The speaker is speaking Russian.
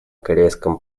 корейском